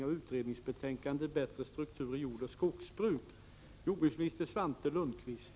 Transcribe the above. Överläggningen var härmed avslutad.